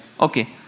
Okay